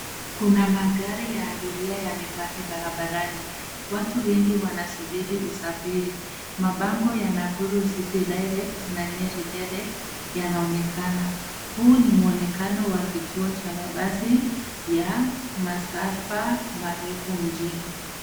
Kuna magari ya abiria yamepaki barabarani. Watu wengi wanasubiri usafiri. Mabango ya Nakuru City direct na Nyeri direct yanaonekana. Huu ni muonekano wa kituo cha mabasi ya masafa marefu mjini.